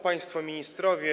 Państwo Ministrowie!